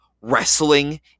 wrestling